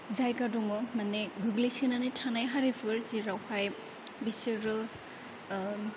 जायगा दङ माने गोग्लैसोनानै थानाय हारिफोर जेरावहाय बिसोरो